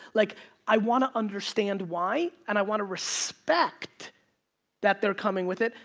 like i want to understand why, and i want to respect that they're coming with it.